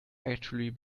actually